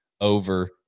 over